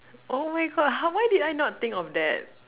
oh my God how why did I not think of that